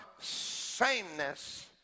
sameness